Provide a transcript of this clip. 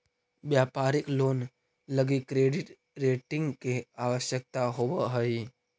व्यापारिक लोन लगी credit rating के आवश्यकता होवऽ हई